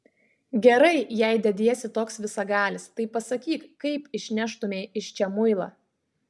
gerai jei dediesi toks visagalis tai pasakyk kaip išneštumei iš čia muilą